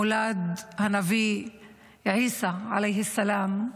מולד הנביא עיסא עליו השלום.